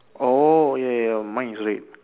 oh ya ya ya mine is red